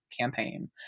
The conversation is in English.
campaign